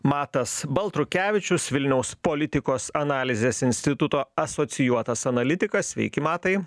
matas baltrukevičius vilniaus politikos analizės instituto asocijuotas analitikas sveiki matai